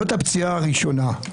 זו הפציעה הראשונה,